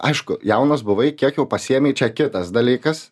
aišku jaunas buvai kiek jau pasiėmei čia kitas dalykas